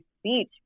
speech